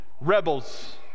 Rebels